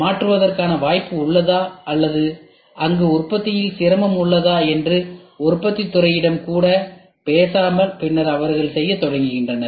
மாற்றுவதற்கான வாய்ப்பு உள்ளதா அல்லது அங்கு உற்பத்தியில் சிரமம் உள்ளதா என்று உற்பத்தித் துறையிடம் கூட பேசாமல் பின்னர் அவர்கள் அதைச் செய்யத் தொடங்கினர்